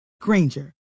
Granger